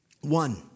One